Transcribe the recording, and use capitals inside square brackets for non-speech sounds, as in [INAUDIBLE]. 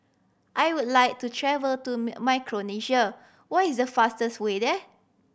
I would like to travel to [UNINTELLIGIBLE] Micronesia what is the fastest way there